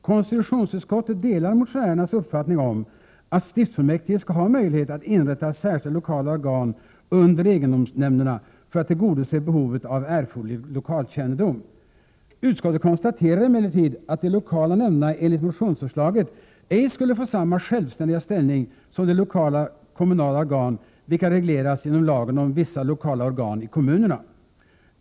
Konstitutionsutskottet delar motionärernas uppfattning om att stiftsfullmäktige skall ha möjlighet att inrätta särskilda lokala organ under egendomsnämnderna för att tillgodose behovet av erforderlig lokalkännedom. Utskottet konstaterar emellertid att de lokala nämnderna enligt motionsförslaget ej skulle få samma självständiga ställning som de lokala kommunala organ vilka regleras genom lagen om vissa lokala organ i kommunerna.